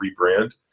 rebrand